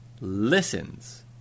listens